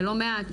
ולא מעט,